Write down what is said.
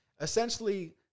Essentially